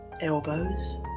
elbows